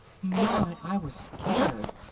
my, i was scared!